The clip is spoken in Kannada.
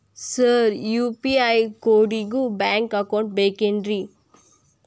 ಸರ್ ಯು.ಪಿ.ಐ ಕೋಡಿಗೂ ಬ್ಯಾಂಕ್ ಅಕೌಂಟ್ ಬೇಕೆನ್ರಿ?